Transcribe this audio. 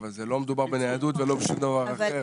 אבל לא מדובר בניידות ולא בשום דבר אחר,